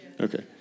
Okay